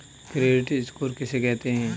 Credit score किसे कहते हैं?